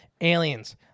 Aliens